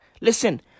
listen